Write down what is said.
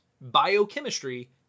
biochemistry